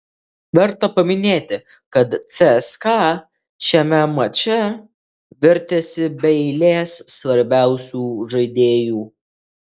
verta paminėti kad cska šiame mače vertėsi be eilės svarbiausių žaidėjų